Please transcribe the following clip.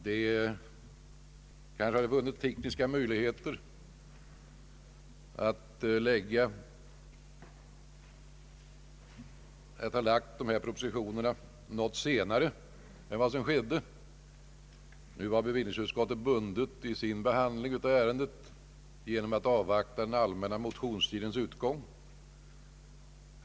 Det kanske hade funnits tekniska möjligheter att framlägga dessa propositioner något senare än vad som nu skett. Men nu var bevillningsutskottet vid sin behandling bundet av den allmänna motionstidens utgång.